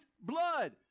blood